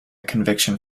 conviction